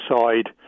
side